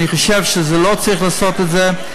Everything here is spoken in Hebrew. אני חושב שלא צריך לעשות את זה,